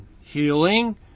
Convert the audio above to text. Healing